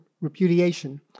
repudiation